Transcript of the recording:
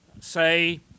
say